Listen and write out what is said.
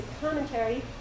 commentary